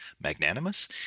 magnanimous